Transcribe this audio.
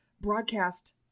broadcast